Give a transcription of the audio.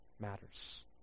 matters